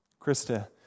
Krista